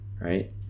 right